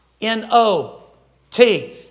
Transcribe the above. N-O-T